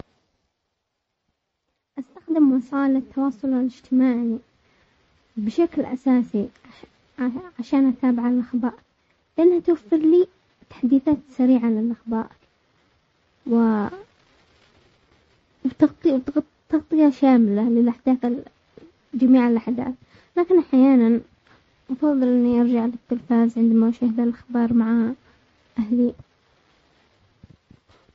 استخدم وسائل التواصل الاجتماعي بشكل اساسي عش-عش-عشان اتابع الاخبار، لانها توفر لي تحديثات سريعة عن الاخبار، وتغ-تغط-تغطية شاملة للاحداث ال-جميع الاحداث، لكن احيانا افضل اني ارجع للتلفاز عندما اشاهد الاخبار مع اهلي.